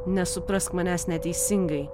nesuprask manęs neteisingai